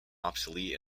obsolete